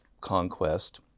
conquest